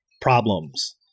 problems